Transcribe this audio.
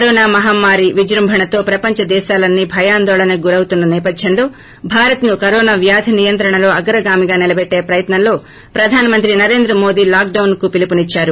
corona మహమ్మారి విజృభనతో ప్రపంచం దేశాలన్నీ భయాందోళనకి గురౌతున్న నేపథ్యంలో భారత్ ను కరోనా వ్యాధి నియంత్రణలో అగ్రగామిగా నిలబెట్లే ప్రయత్పంలో ప్రధానమంత్రి నరేంద్రమోడీ లాక్ డాస్ కు పిలుపునిద్సారు